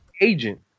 agent